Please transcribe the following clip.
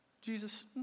Jesus